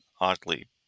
oddly